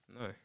No